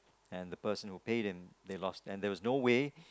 and the person who paid him they lost and there was no way